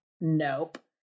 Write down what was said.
Nope